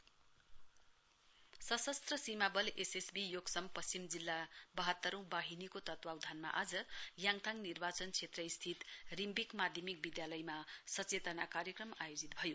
awareness programme Sashastra Seema Bal SSB Yuksom पश्चिम जिल्ला बाहतरौं वाहिनीको तत्वावधानमा आज याङयाङ निर्वाचन क्षेत्र स्थित रिम्विक माध्यमिक विधालयमा सचेतना कार्यक्रम आयोजित भयो